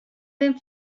den